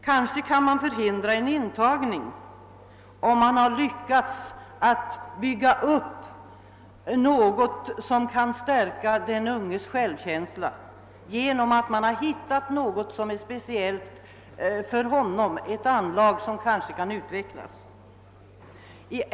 Kanske kan man förhindra en intagning, om man lyckas bygga upp något som kan stärka den unges självkänsla genom att man har hittat ett anlag som är speciellt för honom och som kanske kan utvecklas.